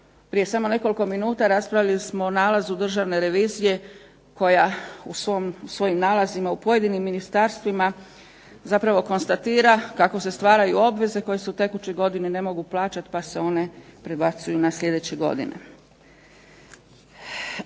prije samo nekoliko minuta raspravljali smo o nalazu Državne revizije koja u svojim nalazima u pojedinim ministarstvima zapravo konstatira kako se stvaraju obveze koje se u tekućoj godini ne mogu plaćati pa se one prebacuju na sljedeće godine.